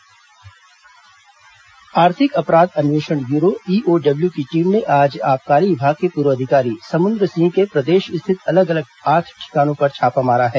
EOW छापा आर्थिक अपराध अन्वेषण ब्यूरो ईओडब्ल्यू की टीम ने आज आबकारी विभाग के पूर्व अधिकारी समुन्द्र सिंह के प्रदेश स्थित अलग अलग आठ ठिकानों पर छापा मारा है